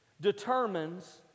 determines